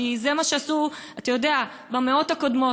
כי זה מה שעשו במאות הקודמות.